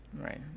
right